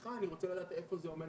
אותך אני רוצה לשאול איפה זה עומד